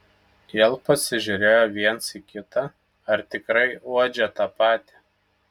vėl pasižiūrėjo viens į kitą ar tikrai uodžia tą patį